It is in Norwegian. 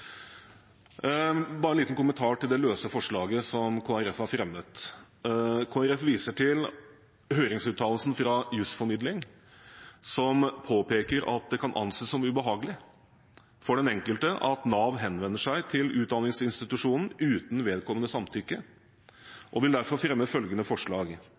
Bare en liten kommentar til det løse forslaget som Kristelig Folkeparti har fremmet. Kristelig Folkeparti viser til høringsuttalelsen fra Jussformidlingen, som påpeker at det kan anses som ubehagelig for den enkelte at Nav henvender seg til utdanningsinstitusjonen uten vedkommendes samtykke, og vil derfor fremme følgende forslag: